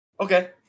Okay